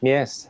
Yes